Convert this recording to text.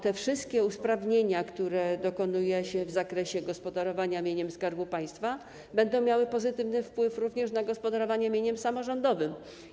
Te wszystkie usprawnienia, których dokonuje się w zakresie gospodarowania mieniem Skarbu Państwa, będą miały pozytywny wpływ również na gospodarowanie mieniem samorządowym.